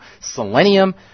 selenium